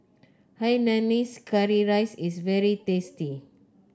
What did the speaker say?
Hainanese Curry Rice is very tasty